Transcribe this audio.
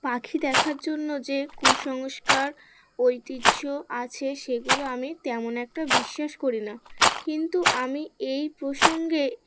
পাখি দেখার জন্য যে কুসংস্কার ঐতিহ্য আছে সেগুলো আমি তেমন একটা বিশ্বাস করি না কিন্তু আমি এই প্রসঙ্গে